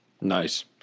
Nice